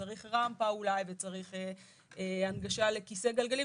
וצריך רמפה וצריך הנגשה לכיסא גלגלים,